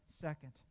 second